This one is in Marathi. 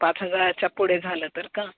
पाच हजाराच्या पुढे झालं तर का